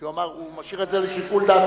כי הוא אמר שהוא משאיר את זה לשיקול דעתך.